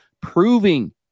Proving